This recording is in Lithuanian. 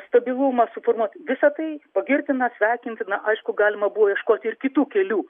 stabilumą suformuot visa tai pagirtina sveikintina aišku galima buvo ieškoti ir kitų kelių